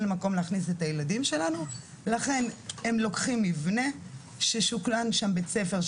מקום להכניס את הילדים שלנו ולכן הם לוקחים מבנה ש --- שם בית ספר,